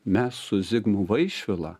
mes su zigmu vaišvila